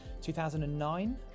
2009